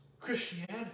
Christianity